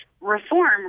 reform